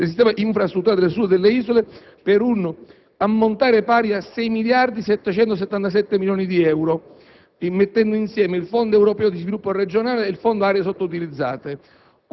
del sistema infrastrutturale del Sud e delle Isole, per un ammontare pari a 6.777 milioni di euro (mettendo insieme il Fondo europeo di sviluppo regionale, il Fondo aree sottoutilizzate).